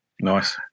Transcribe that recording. Nice